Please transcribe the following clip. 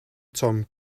tom